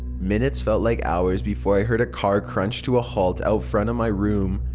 minutes felt like hours before i heard a car crunch to a halt out front of my room.